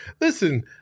Listen